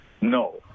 no